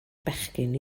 bechgyn